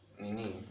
Nini